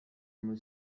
muri